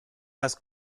las